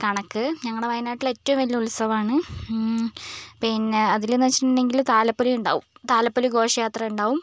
കണക്ക് ഞങ്ങളുടെ വയനാട്ടിലെ ഏറ്റവും വലിയ ഉത്സവമാണ് പിന്നെ അതിലെന്ന് വെച്ചിട്ടുണ്ടെങ്കിൽ താലപ്പൊലി ഉണ്ടാവും താലപ്പൊലി ഘോഷയാത്ര ഉണ്ടാവും